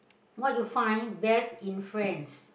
what you find best in friends